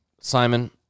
Simon